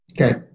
Okay